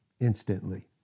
instantly